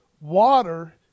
water